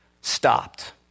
stopped